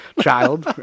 child